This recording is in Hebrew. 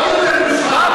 עוד יותר מושחת.